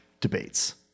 debates